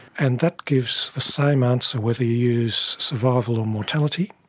and that gives the same answer, whether you use survival or mortality.